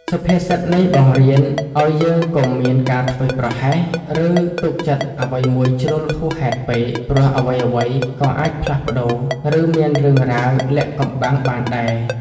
សុភាសិតនេះបង្រៀនឱ្យយើងកុំមានការធ្វេសប្រហែស ឬទុកចិត្តអ្វីមួយជ្រុលហួសហេតុពេក ព្រោះអ្វីៗក៏អាចផ្លាស់ប្ដូរ ឬមានរឿងរ៉ាវលាក់កំបាំងបានដែរ។